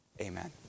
Amen